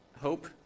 hope